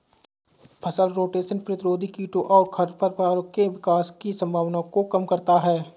फसल रोटेशन प्रतिरोधी कीटों और खरपतवारों के विकास की संभावना को कम करता है